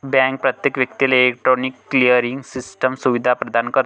bank प्रत्येक व्यक्तीला electronic clearing system सुविधा प्रदान करते